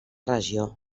regió